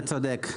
אתה צודק.